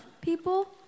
people